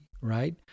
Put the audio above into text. right